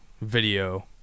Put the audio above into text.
video